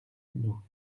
nous